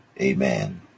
Amen